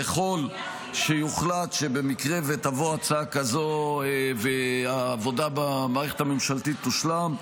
ככל שיוחלט שבמקרה שתבוא הצעה כזו והעבודה במערכת הממשלתית תושלם,